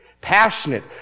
passionate